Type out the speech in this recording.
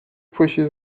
pushes